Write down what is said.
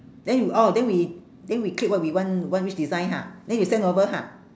then we oh then we then we click what we want want which design ha then they send over ha